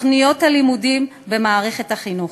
בתוכניות הלימודים במערכת החינוך.